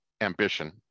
ambition